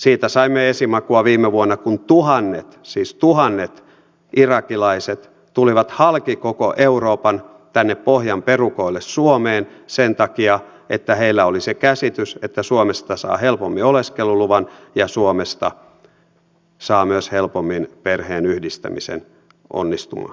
siitä saimme esimakua viime vuonna kun tuhannet siis tuhannet irakilaiset tulivat halki koko euroopan tänne pohjan perukoille suomeen sen takia että heillä oli se käsitys että suomesta saa helpommin oleskeluluvan ja suomesta saa helpommin myös perheenyhdistämisen onnistumaan